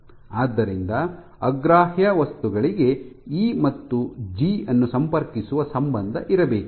ಆದ್ದರಿಂದ ಅಗ್ರಾಹ್ಯ ವಸ್ತುಗಳಿಗೆ ಇ ಮತ್ತು ಜಿ ಅನ್ನು ಸಂಪರ್ಕಿಸುವ ಸಂಬಂಧ ಇರಬೇಕು